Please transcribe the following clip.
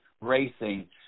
Racing